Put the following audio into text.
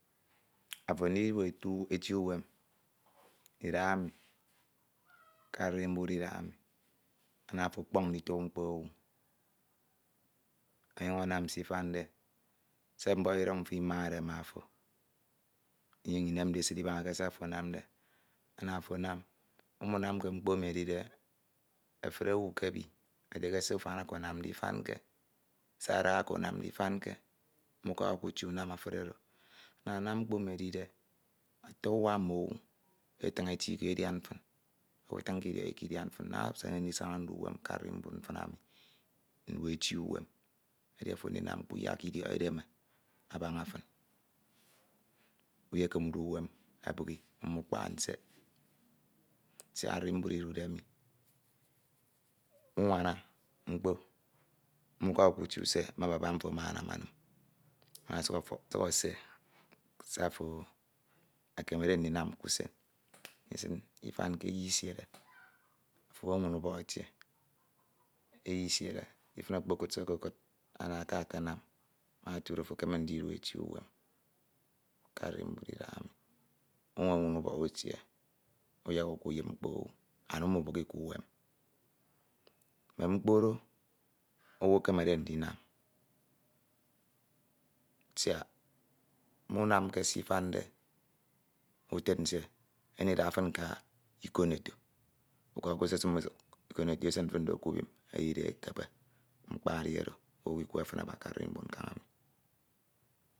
Afo ndidu etu u, eti uwem me arimbud iduhaemi, ana afo ọkpọñ ndituk mkpo owu ọnyañ anam s'ifande, se mbọhọ iduñ mfo I made ma afo inyuñ ineme de esida ibaña ke se afo anamde ana afo anam umunamke mkpo emi edi efun owu ke ebi ete se ufan oko anamde ifanke, se ada oko anamde ifank, umukaha ukute unam efuri oro, ana nnam mkpo emi edi ata uwak mm'owu etiñ eti iko edian fin, owu ifiñke idiọnọ iko idian fin naña nte eyem ndisa na ndu uwem ke arimbud mfin emi edi ofo ndinam eti uwem uyakke idiọk edeme abaña fin uyekeme ndu uwem ebighi, umukpaha nsej siak arimbud idude mi nwana mkpo, umukaha ukutie use me baba mfo amaman enin ama ọsuk ọfuk ọsuk ese se afo ekemede ndinam k'usen enye anam eyi isiene ifin okpokud se okokud ama aka akanam mak otud do ekeme ndidu eti uwem, unwewin ubọk utie, uyaka ukuyip mkpo owu andumubihi ke uwem mme mkpo do owu ekemede ndinam siak munam ke s'ifande, utid nsie enyem ndida fin nka ikoneto, nkọm ekpesesim ikoneto esin fin do k'ubim edibe ekebe mkpa edi oro, owh ikwe fin ke arimbud nkañ emi abu.